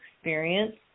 experience